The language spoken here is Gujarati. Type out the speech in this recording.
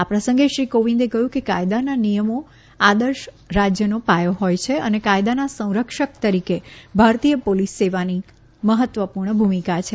આ પ્રસંગે શ્રી કોવિંદે કહ્યું કે કાયદાના નિયમો આદર્શ રાજ્યનો પાયો હોય છે અને કાયદાના સંરક્ષક તરીકે ભારતીય પોલીસ સેવાની મહત્વપૂર્ણ ભૂમિકા છે